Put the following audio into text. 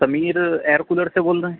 Sameer air cooler سے بول رہے ہیں